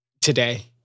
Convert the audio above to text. today